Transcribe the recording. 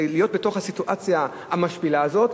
להיות בתוך הסיטואציה המשפילה הזאת,